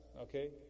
Okay